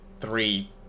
three